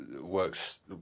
works